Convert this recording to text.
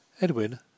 Edwin